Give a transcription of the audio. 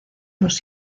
los